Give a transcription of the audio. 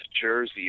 Jersey